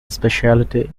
specialty